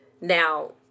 Now